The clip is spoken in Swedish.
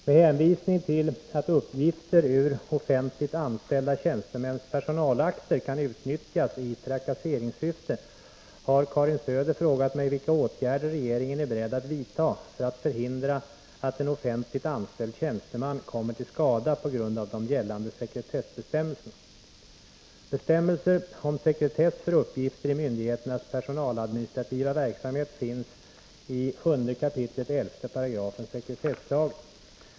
Herr talman! Med hänvisning till att uppgifter ur offentligt anställda tjänstemäns personakter kan utnyttjas i trakasseringssyfte har Karin Söder frågat mig vilka åtgärder regeringen är beredd att vidta för att förhindra att en offentligt anställd tjänsteman kommer till skada på grund av de gällande sekretessbestämmelserna. Bestämmelser om sekretess för uppgifter i myndigheternas personaladministrativa verksamhet finns i 7 kap. 11 § sekretesslagen.